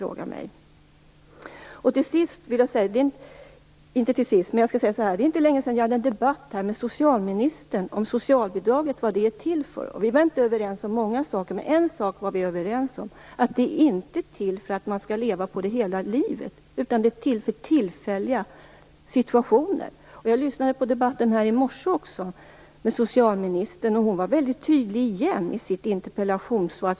Det är inte länge sedan jag hade en debatt med socialministern om vad socialbidraget är till för. Vi var inte överens om många saker, men en sak var vi överens om. Det är inte till för att man skall leva på det hela livet, utan det är till för tillfälliga situationer. Jag lyssnade på debatten här i morse med socialministern. Hon var återigen väldigt tydlig i sitt interpellationssvar.